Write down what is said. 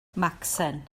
macsen